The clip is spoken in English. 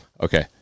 okay